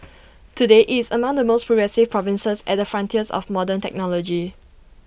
today IT is among the most progressive provinces at the frontiers of modern technology